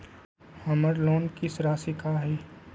हमर लोन किस्त राशि का हई?